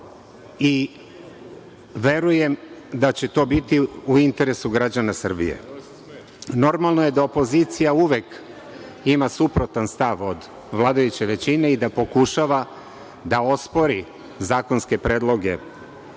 i verujem da će to biti u interesu građana Srbije. Normalno je da opozicija uvek ima suprotan stav od vladajuće većine i da pokušava da ospori zakonske predloge